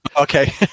Okay